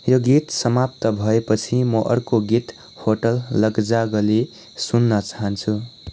यो गीत समाप्त भएपछि म अर्को गीत होटल लग जा गले सुन्न चाहन्छु